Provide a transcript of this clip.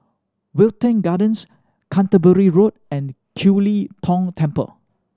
Wilton Gardens Canterbury Road and Kiew Lee Tong Temple